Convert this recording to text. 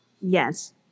Yes